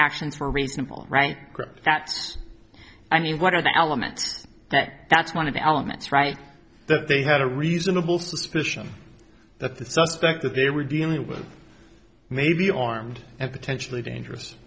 actions were reasonable right that's i mean what are the elements that that's one of the elements right that they had a reasonable suspicion that the suspect that they were dealing with may be armed and potentially dangerous